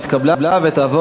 התשע"ג 2013,